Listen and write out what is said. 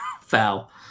foul